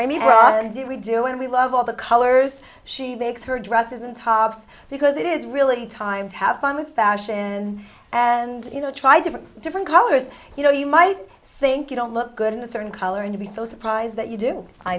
do we do and we love all the colors she makes her dresses and tops because it is really times have fun with fashion and you know try different different colors you know you might think you don't look good in a certain color and to be so surprised that you do i